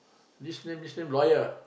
this name this name lawyer